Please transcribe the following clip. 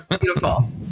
Beautiful